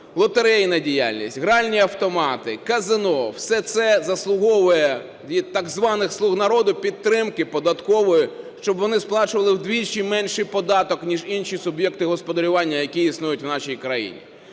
Лотерейна діяльність, гральні автомати, казино – все це заслуговує від так званих "слуг народу" підтримки податкової, щоб вони сплачували вдвічі менший податок, ніж інші суб'єкти господарювання, які існують в нашій країні.